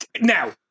Now